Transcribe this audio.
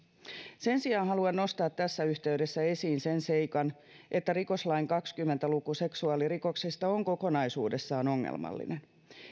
sen sijaan haluan nostaa tässä yhteydessä sen seikan että rikoslain kaksikymmentä luku seksuaalirikoksista on kokonaisuudessaan ongelmallinen